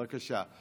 בבקשה.